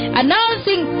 announcing